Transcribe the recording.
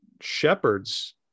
shepherds